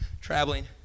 traveling